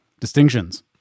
distinctions